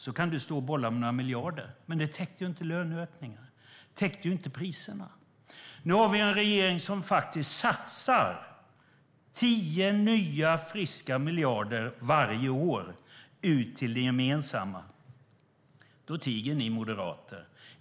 Du kan stå och bolla med några miljarder, men det täckte inte löneökningarna och priserna. Nu har vi en regering som faktiskt satsar 10 nya, friska miljarder varje år ut till det gemensamma. Då tiger ni moderater.